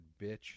bitch